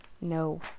no